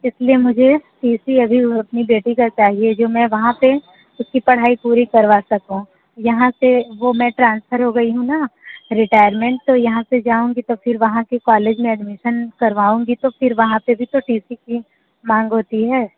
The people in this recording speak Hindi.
इसलिए मुझे टी सी अभी अपनी बेटी का चाहिए जो मैं वहाँ पे उसकी पढ़ाई पूरी करवा सकूँ यहाँ से वो मैं ट्रांसफ़र हो गई हूँ ना रिटायरमेंट तो यहाँ से जाऊंगी तो फिर वहाँ से कॉलेज में एडमिशन करवाऊंगी तो फिर वहाँ पे भी तो टी सी की मांग होती है